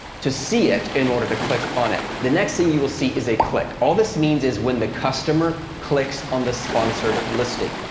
to see it in order to click on it. the next thing you will see is a click. all this means is when the customer clicks on the sponsored listing,